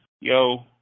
Yo